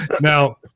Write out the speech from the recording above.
Now